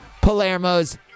Palermo's